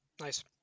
Nice